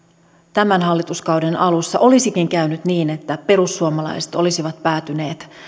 tämän hallituskauden alussa olisikin käynyt niin että perussuomalaiset olisivat päätyneet